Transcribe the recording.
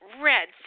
red